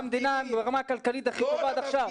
מדינה ברמה כלכלית הכי טובה עד עכשיו.